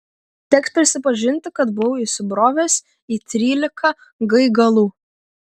teks prisipažinti kad buvau įsibrovęs į trylika gaigalų